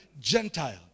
Gentile